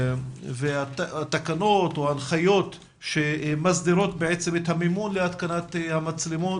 והתקנות או ההנחיות שמסדירות את המימון להתקנת המצלמות,